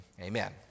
Amen